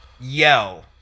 yell